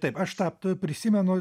taip aš tą prisimenu